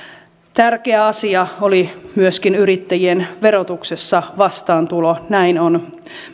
tärkeä asia oli myöskin vastaantulo yrittäjien verotuksessa näin on